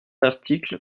article